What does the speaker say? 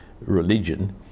religion